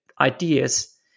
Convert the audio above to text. ideas